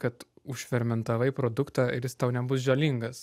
kad užfermentavai produktą ir jis tau nebus žalingas